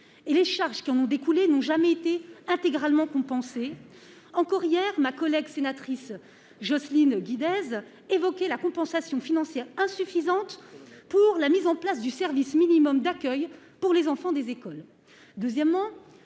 et les charges qui en ont découlé n'ont jamais été intégralement compensée, encore hier, ma collègue sénatrice Jocelyne Guidez évoquer la compensation financière insuffisante pour la mise en place du service minimum d'accueil pour les enfants des écoles,